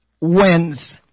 wins